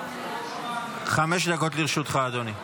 חמש דקות לרשותך, אדוני.